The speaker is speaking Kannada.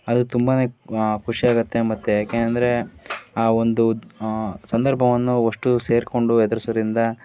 ಅದು ತುಂಬನೇ ಖುಷಿ ಆಗುತ್ತೆ ಮತ್ತೆ ಏಕೆಂದರೆ ಆ ಒಂದು ಸಂದರ್ಭವನ್ನು ಅವಷ್ಟು ಸೇರಿಕೊಂಡು ಎದುರಿಸೋದ್ರಿಂದ